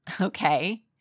okay